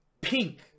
pink